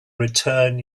return